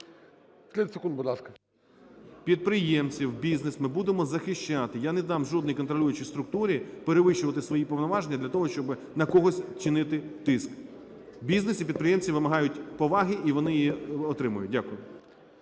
підприємців, бізнес ми будемо захищати. Я не дам жодній контролюючій структурі перевищувати свої повноваження для того, щоби на когось чинити тиск. Бізнес і підприємці вимагають поваги і вони її отримають. Дякую.